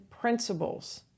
principles